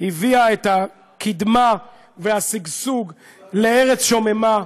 הביאה את הקדמה והשגשוג לארץ שוממה,